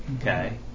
Okay